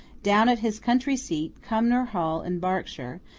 down at his country seat, cumnor hall in berkshire,